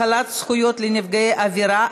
החלת זכויות נפגעי עבירה),